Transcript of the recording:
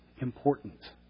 important